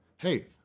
hey